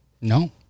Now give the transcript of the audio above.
No